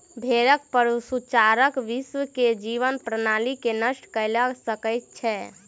भेड़क पशुचारण विश्व के जीवन प्रणाली के नष्ट कय सकै छै